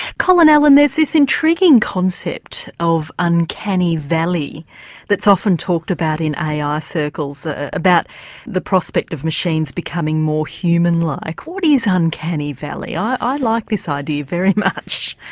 colin allen there's this intriguing concept of uncanny valley that's often talked about in ai ah circles about the prospect of machines becoming more human like. what is ah uncanny valley, i like this ah idea very much?